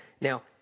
Now